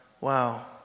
Wow